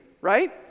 right